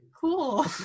Cool